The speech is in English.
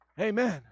Amen